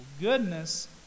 Goodness